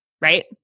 Right